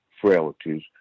frailties